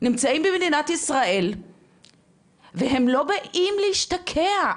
נמצאים במדינת ישראל והם לא באים להשתקע,